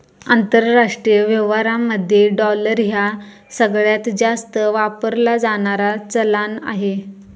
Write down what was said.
आंतरराष्ट्रीय व्यवहारांमध्ये डॉलर ह्या सगळ्यांत जास्त वापरला जाणारा चलान आहे